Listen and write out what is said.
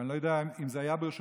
אני לא יודע אם זה היה ברשותך,